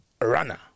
runner